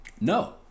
No